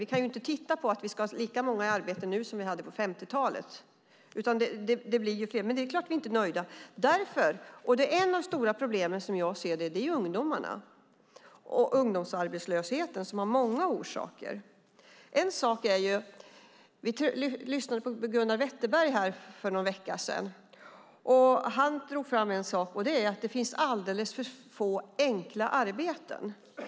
Vi kan inte titta på att vi ska ha lika många i arbete nu som vi hade på 50-talet, utan det blir fler. Men det är klart att vi inte är nöjda. Ett av de stora problemen som jag ser det är ungdomarna och ungdomsarbetslösheten, som har många orsaker. Vi lyssnade på Gunnar Wetterberg här för någon vecka sedan, och han drog fram en sak. Det är att det finns alldeles för få enkla arbeten.